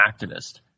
activist